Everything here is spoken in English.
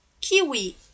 kiwi